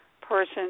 person